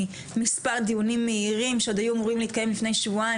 מספר דיונים מהירים שעוד היו אמורים להתקיים עוד לפני שבועיים,